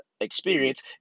experience